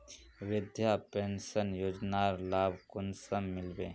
वृद्धा पेंशन योजनार लाभ कुंसम मिलबे?